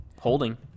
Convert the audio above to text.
holding